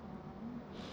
orh